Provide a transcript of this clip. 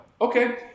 Okay